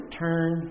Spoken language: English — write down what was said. turn